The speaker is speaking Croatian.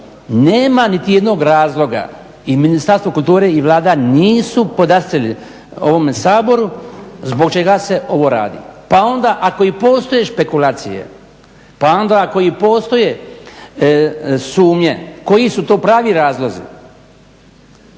nema niti jednog razloga i Ministarstvo kulture i Vlada nisu podastrli ovome Saboru zbog čega se ovo radi. Pa onda ako i postoje špekulacije pa onda ako i postoje sumnje koji su to pravi razlozi,